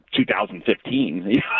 2015